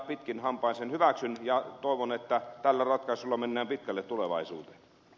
pitkin hampain sen hyväksyn ja toivon että tällä ratkaisulla mennään pitkälle tulevaisuuteen